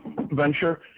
venture